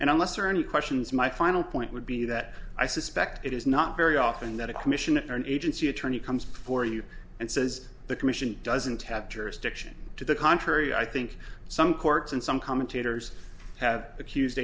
and unless or any questions my final point would be that i suspect it is not very often that a commission or an agency attorney comes before you and says the commission doesn't have jurisdiction to the contrary i think some courts and some commentators have accused